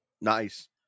Nice